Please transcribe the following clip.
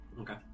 Okay